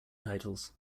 titles